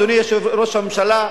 אדוני ראש הממשלה,